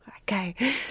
Okay